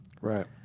Right